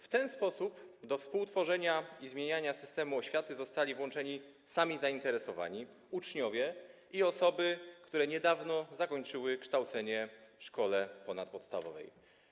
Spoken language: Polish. W ten sposób do współtworzenia i zmieniania systemu oświaty zostali włączeni sami zainteresowani - uczniowie i osoby, które niedawno zakończyły kształcenie w szkole ponadpodstawowej.